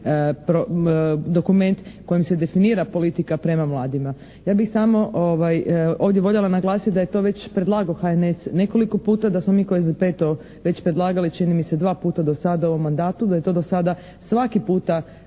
dokument kojim se definira politika prema mladima. Ja bih samo ovdje voljela naglasiti da je to već predlagao HNS nekoliko puta, da … /Ne razumije se./ … već predlagali čini mi se dva puta do sada u ovom mandatu, da je to do sada svaki puta